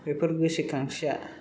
बेफोर गोसोखांथिया